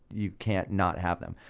you can't not have them,